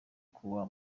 kwa